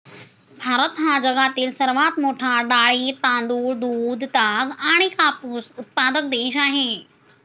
भारत हा जगातील सर्वात मोठा डाळी, तांदूळ, दूध, ताग आणि कापूस उत्पादक देश आहे